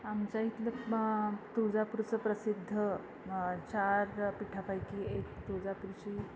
आमच्या इथलं तुळजापूरचं प्रसिद्ध चार पिठापैकी एक तुळजापूरची